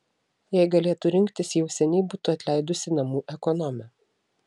jei galėtų rinktis jau seniai būtų atleidusi namų ekonomę